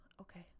okay